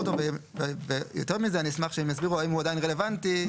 אותו סעיף לא הייתה נדרשת הוועדה המקומית